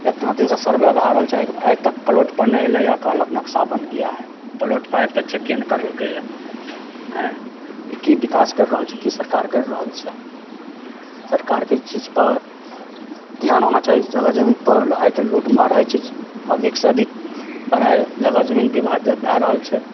एतना दिनसँ सर्वे भए रहल छै आइ तक प्लॉटपर नहि अयलय आओर कहलक नक्सा बन गया है प्लॉटपर आबिके चेके नहि करलकय आँय ई की विकास करि रहल छै की सरकार करि रहल छै सरकारके ई चीजपर ध्यान होना चाही जे जगह जमीनपर आइ काल्हि लूट मारि होइ छै अधिक सँ अधिक जगह जमीन विवाद भए रहल छै